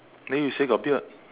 then you say got beard